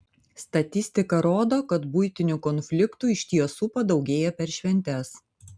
statistika rodo kad buitinių konfliktų iš tiesų padaugėja per šventes